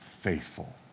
faithful